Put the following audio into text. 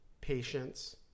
patience